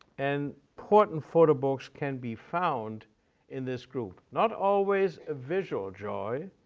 and important photo books can be found in this group. not always a visual joy,